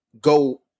go